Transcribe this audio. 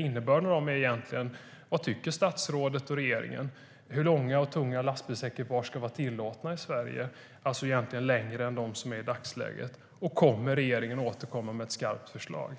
Innebörden av dem är egentligen: Vad tycker statsrådet och regeringen? Hur långa - alltså längre än de som tillåts i dagsläget - och tunga lastbilsekipage ska vara tillåtna i Sverige? Tänker regeringen återkomma med ett skarpt förslag?